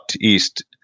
east